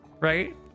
Right